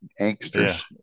angsters